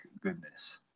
goodness